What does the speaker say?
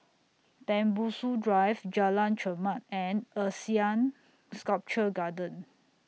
Tembusu Drive Jalan Chermat and Asean Sculpture Garden